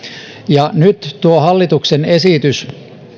ja nyt hallituksen esitys